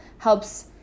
Helps